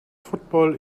football